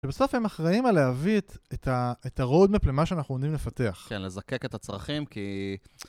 שבסוף הם אחראים על להביא את הרודמפ למה שאנחנו יודעים לפתח. כן, לזקק את הצרכים כי...